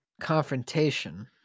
confrontation